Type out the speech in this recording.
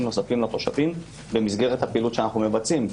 נוספים לתושבים במסגרת הפעילות שאנו מבצעים.